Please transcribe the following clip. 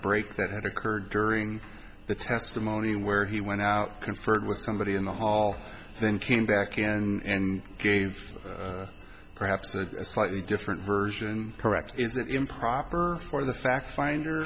break that had occurred during the testimony where he went out conferred with somebody in the hall then came back and gave perhaps a slightly different version correct is that improper for the fact finder